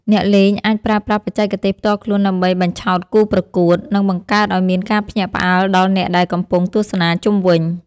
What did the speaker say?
អ្នកលេងអាចប្រើប្រាស់បច្ចេកទេសផ្ទាល់ខ្លួនដើម្បីបញ្ឆោតគូប្រកួត និងបង្កើតឱ្យមានការភ្ញាក់ផ្អើលដល់អ្នកដែលកំពុងទស្សនាជុំវិញ។